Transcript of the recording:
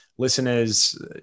listeners